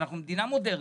אנחנו מדינה מודרנית,